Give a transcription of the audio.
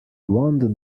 want